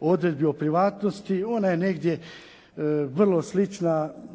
Odredbi o privatnosti, ona je negdje vrlo slična